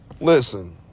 Listen